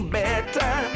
better